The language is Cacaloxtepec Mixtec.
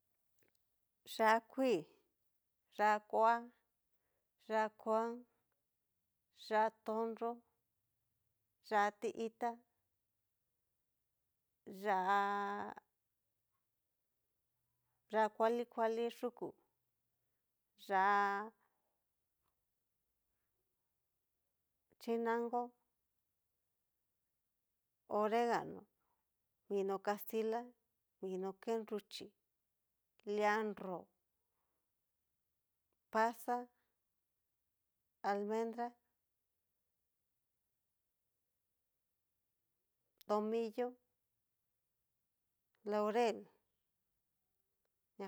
Yá'a kuii, yá'a kua, yá'a kuan, yá'a tonnró, yá'a tiitá, yá'a yá'a kuali kuali yuku, yá'a chinanko, oregano mino kastila, mino ke nruchí, lia nró, pasa almendra, tomillo, laurel.